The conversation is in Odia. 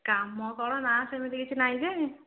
କାମ କ'ଣ ନା ସେମିତି କିଛି ନାଇଁ ଯେ